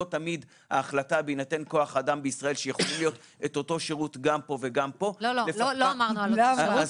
ישיבת מעקב שירותי הבריאות בצפון הארץ.